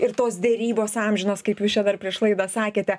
ir tos derybos amžinos kaip jūs čia dar prieš laidą sakėte